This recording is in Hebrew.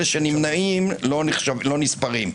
אלה שנמנעים לא נספרים.